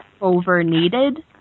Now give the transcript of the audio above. over-needed